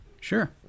Sure